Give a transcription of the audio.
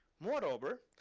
moreover,